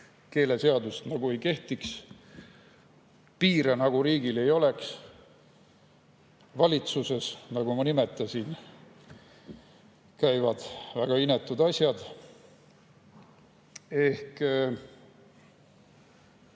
keeleseadus nagu ei kehtiks, piire nagu riigil ei oleks, valitsuses, nagu ma nimetasin, käivad väga inetud asjad.